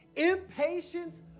Impatience